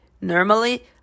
Normally